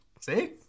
See